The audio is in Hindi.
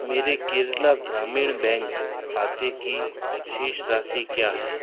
मेरे केरला ग्रामीण बैंक खाते की शेष राशि क्या है